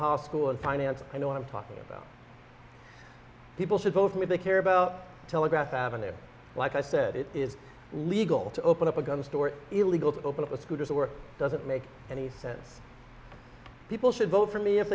hospital in finance i know what i'm talking about people should vote for me they care about telegraph avenue like i said it is legal to open up a gun store illegal to open up a scooter's or doesn't make any sense people should vote for me if